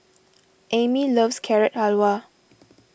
Amie loves Carrot Halwa